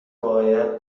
باید